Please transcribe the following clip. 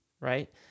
right